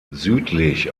südlich